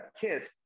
kids